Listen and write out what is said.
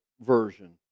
version